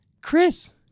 Chris